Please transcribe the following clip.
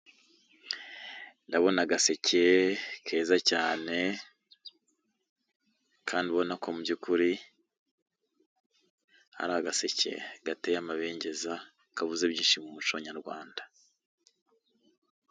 Ndabona agaseke keza cyane kandi ubona ko mu by'ukuri ari agaseke gateye amabengeza kabuze byinshi m'umuconyarwanda.